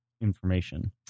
information